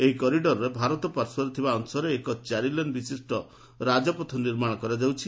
ଏହି କରିଡର୍ର ଭାରତ ପାର୍ଶ୍ୱରେ ଥିବା ଅଂଶରେ ଏକ ଚାରି କେନ୍ ବିଶିଷ୍ଟ ରାଜପଥ ନିର୍ମାଣ କରାଯାଉଛି